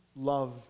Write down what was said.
love